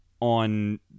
on